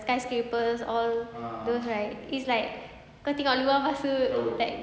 skyscrapers all those right it's like kau tengok luar lepastu